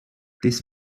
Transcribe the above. this